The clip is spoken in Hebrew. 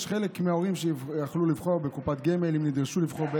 יש חלק מההורים שיוכלו לבחור בקופת גמל אם הם יידרשו לבחור,